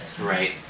Right